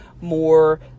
more